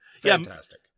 Fantastic